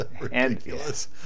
ridiculous